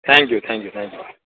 thank you thank you thank you